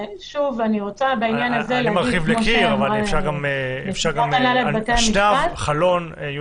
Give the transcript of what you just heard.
אני מרחיב לקיר, אבל אפשר אשנב, חלון.